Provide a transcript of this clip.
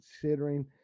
considering